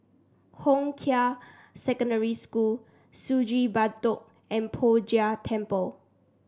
Hong Kah Secondary School Sungei Bedok and Poh Jay Temple